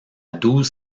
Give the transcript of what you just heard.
douze